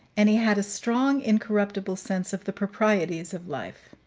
and he had a strong, incorruptible sense of the proprieties of life.